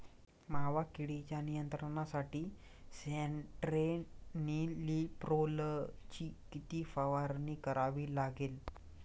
मावा किडीच्या नियंत्रणासाठी स्यान्ट्रेनिलीप्रोलची किती फवारणी करावी लागेल?